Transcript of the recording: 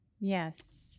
Yes